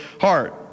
heart